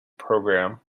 program